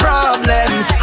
Problems